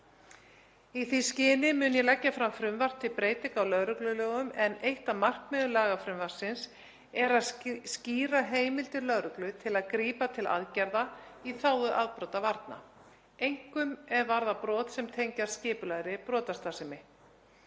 Í því skyni mun ég leggja fram frumvarp til breytinga á lögreglulögum en eitt af markmiðum lagafrumvarpsins er að skýra heimildir lögreglu til að grípa til aðgerða í þágu afbrotavarna, einkum er varðar brot sem tengjast skipulagðri brotastarfsemi.